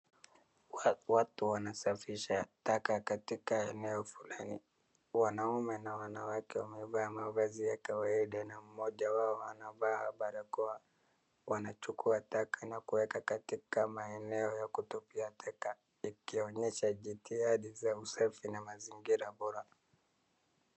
Watu wansafisha taka katika eneo fulani. Wanaume na wanawake wamevaa mavazi ya kawaida na mmoja wao anavaa barakoa. Wanachukua taka na kueka katika maeneo ya kutupiaa taka ikionyesha jitihada za usafi na mazingira bora.